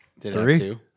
Three